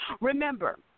Remember